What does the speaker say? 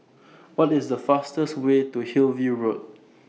What IS The fastest Way to Hillview Road